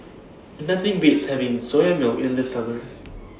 Nothing Beats having Soya Milk in The Summer